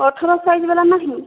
ଅଠର ସାଇଜ୍ ବାଲା ନାହିଁ